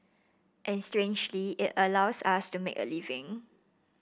and strangely it allows us to make a living